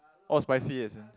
all spicy isn't